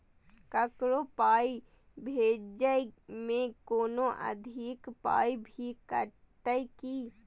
ककरो पाय भेजै मे कोनो अधिक पाय भी कटतै की?